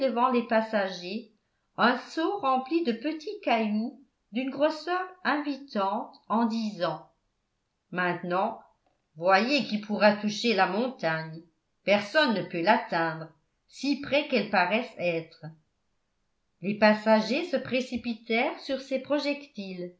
les passagers un seau rempli de petits cailloux d'une grosseur invitante en disant maintenant voyez qui pourra toucher la montagne personne ne peut l'atteindre si près qu'elle paraisse être les passagers se précipitèrent sur ces projectiles